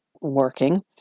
working